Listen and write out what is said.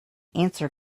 answer